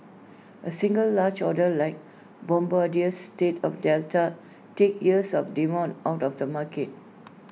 A single large order like Bombardier's sale of Delta takes years of demand out of the market